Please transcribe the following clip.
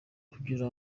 kugira